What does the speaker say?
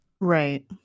Right